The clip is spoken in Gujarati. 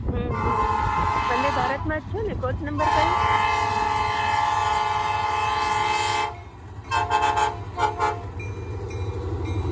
હં હ હં વંદે ભારતમાં જ છોને કોચ નંબર કયો